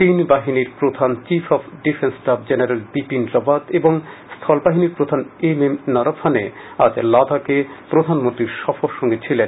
তিন বাহিনীর প্রধান chief of defence staff general Bipin Rawat এবং স্থল বাহিনীর প্রধান এম এম নরভানে আজ লাদাখে প্রধানমন্ত্রীর সফরসঙ্গী ছিলেন